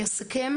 לסיכום,